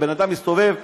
בן אדם מסתובב חמש,